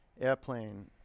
Airplane